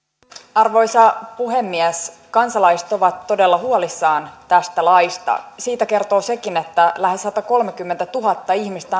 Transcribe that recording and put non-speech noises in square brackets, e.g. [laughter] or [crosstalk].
arvoisa puhemies kansalaiset ovat todella huolissaan tästä laista siitä kertoo sekin että lähes satakolmekymmentätuhatta ihmistä [unintelligible]